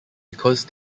because